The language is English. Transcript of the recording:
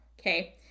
Okay